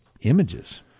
images